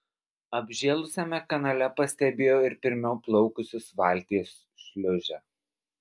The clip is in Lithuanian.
apžėlusiame kanale pastebėjo ir pirmiau plaukusios valties šliūžę